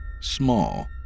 Small